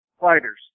fighters